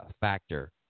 factor